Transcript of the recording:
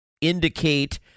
indicate